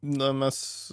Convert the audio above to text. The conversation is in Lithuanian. na mes